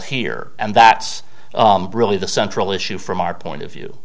here and that's really the central issue from our point of view